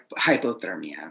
hypothermia